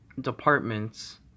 departments